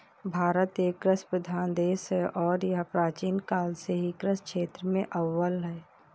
भारत एक कृषि प्रधान देश है और यह प्राचीन काल से ही कृषि क्षेत्र में अव्वल है